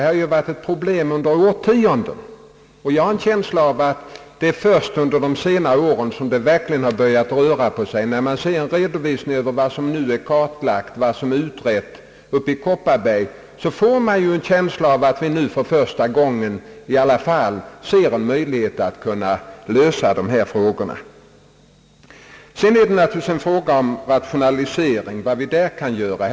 Här har vi under årtionden haft ett problem, och jag har en känsla av att det verkligen börjat röra på sig först under de senare åren. När man ser redovisningen över vad som nu är kartlagt och utrett uppe i Kopparbergs län får man en känsla av att vi nu för första gången i alla fall ser en möjlighet att lösa dessa frågor. Sedan är naturligtvis frågan vad vi kan uppnå genom rationalisering.